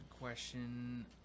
question